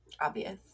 obvious